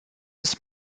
des